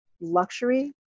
luxury